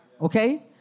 Okay